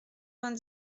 vingt